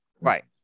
Right